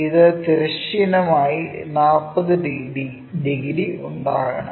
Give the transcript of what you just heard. അത് തിരശ്ചീനമായി 40 ഡിഗ്രി ഉണ്ടാക്കണം